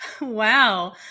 wow